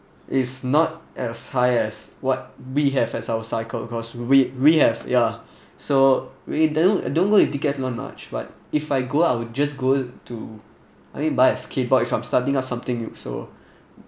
is not as high as what we have as our cycle cause we we have yeah so we don't go if Decathlon much but if I go I would just go to I think buy a skate board if I'm starting out something new so